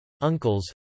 uncles